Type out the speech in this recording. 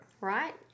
Right